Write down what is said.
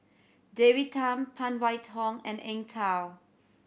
David Tham Phan Wait Hong and Eng Tow